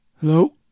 Hello